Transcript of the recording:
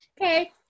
Okay